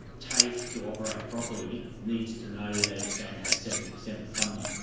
tafe to operate properly needs to know that it's going to have seventy percent of the funding,